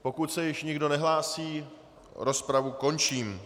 Pokud se už nikdo nehlásí, rozpravu končím.